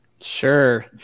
Sure